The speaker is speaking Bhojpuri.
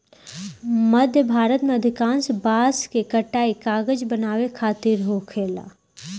मध्य भारत में अधिकांश बांस के कटाई कागज बनावे खातिर होखेला